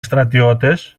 στρατιώτες